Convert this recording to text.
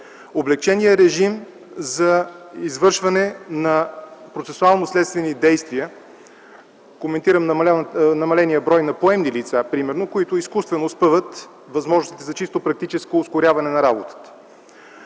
облекченият режим за извършване на процесуално-следствени действия, коментирам намаления брой на поемни лица примерно, които изкуствено спъват възможностите за чисто практическо ускоряване на работата,